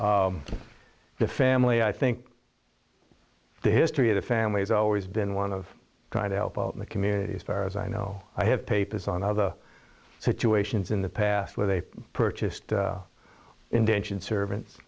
know the family i think the history of the family is always been one of trying to help out in the community as far as i know i have papers on other situations in the past where they purchased indentured servants